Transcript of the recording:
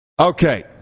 Okay